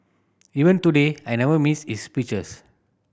even today I never miss his speeches